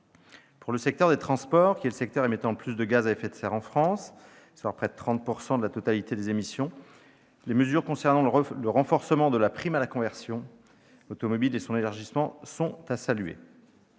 Pour le secteur des transports, qui est le secteur émettant le plus de gaz à effet de serre en France, à savoir près de 30 % de la totalité des émissions, les mesures concernant le renforcement de la prime à la conversion automobile et son élargissement sont à saluer.